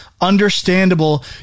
understandable